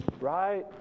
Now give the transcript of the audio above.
right